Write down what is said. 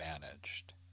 managed